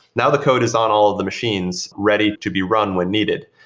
now, the code is on all of the machines ready to be run when needed.